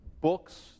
books